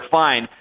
fine